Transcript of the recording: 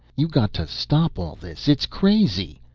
you got to stop all this it's crazy.